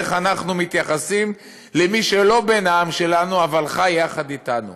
איך אנחנו מתייחסים למי שהוא לא בן העם שלנו אבל חי יחד אתנו.